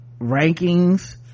rankings